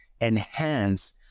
enhance